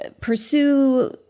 pursue